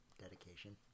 Dedication